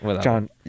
John